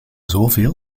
zoveel